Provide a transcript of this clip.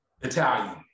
Italian